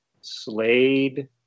Slade